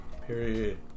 Period